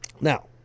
now